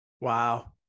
Wow